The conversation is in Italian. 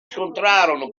scontrarono